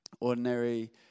Ordinary